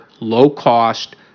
low-cost